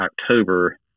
October